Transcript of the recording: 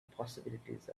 possibilities